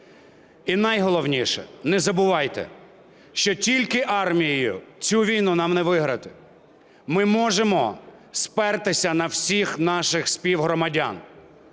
І найголовніше – не забувайте, що тільки армією цю війну нам не виграти, ми можемо спертися на всіх наших співгромадян.